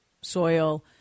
soil